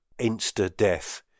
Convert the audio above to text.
insta-death